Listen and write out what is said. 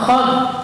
נכון,